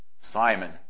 Simon